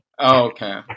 Okay